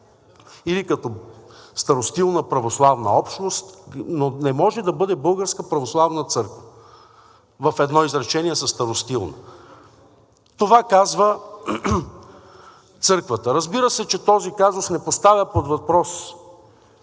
или като Старостилна православна общност, но не може да бъде Българска православна църква в едно изречение със Старостилна. Това казва църквата. Разбира се, че този казус не поставя под въпрос